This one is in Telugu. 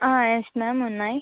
హ ఎస్ మ్యామ్ ఉన్నాయి